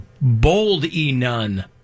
Bold-E-Nun